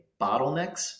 bottlenecks